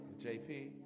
JP